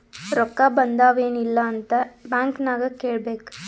ರೊಕ್ಕಾ ಬಂದಾವ್ ಎನ್ ಇಲ್ಲ ಅಂತ ಬ್ಯಾಂಕ್ ನಾಗ್ ಕೇಳಬೇಕ್